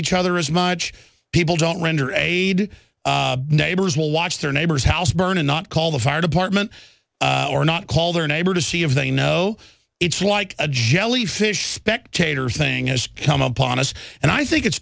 each other as much people don't render aid neighbors will watch their neighbor's house burn and not call the fire department or not call their neighbor to see if they know it's like a jellyfish spectators thing has come upon us and i think it's